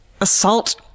assault